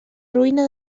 ruïna